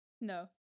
No